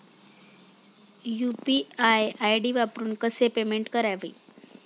UPI ID वापरून कसे payment करावे?